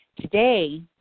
Today